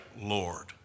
Lord